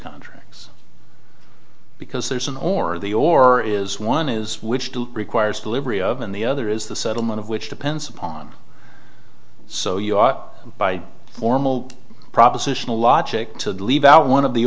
contracts because there's an or the or is one is which requires delivery of and the other is the settlement of which depends upon so you ought by formal propositional logic to leave out one of the